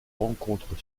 rencontre